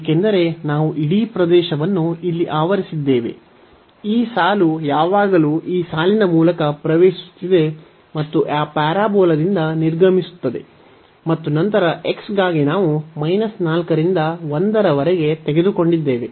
ಏಕೆಂದರೆ ನಾವು ಇಡೀ ಪ್ರದೇಶವನ್ನು ಇಲ್ಲಿ ಆವರಿಸಿದ್ದೇವೆ ಈ ಸಾಲು ಯಾವಾಗಲೂ ಈ ಸಾಲಿನ ಮೂಲಕ ಪ್ರವೇಶಿಸುತ್ತಿದೆ ಮತ್ತು ಆ ಪ್ಯಾರಾಬೋಲಾದಿಂದ ನಿರ್ಗಮಿಸುತ್ತದೆ ಮತ್ತು ನಂತರ x ಗಾಗಿ ನಾವು 4 ರಿಂದ 1 ರವರೆಗೆ ತೆಗೆದುಕೊಂಡಿದ್ದೇವೆ